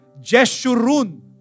Jeshurun